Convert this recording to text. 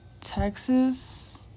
Texas